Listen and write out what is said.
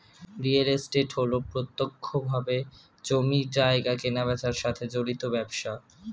real estate হল প্রত্যক্ষভাবে জমি জায়গা কেনাবেচার সাথে জড়িত ব্যবসা